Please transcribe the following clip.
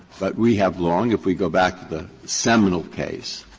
but we have long, if we go back to the seminal case,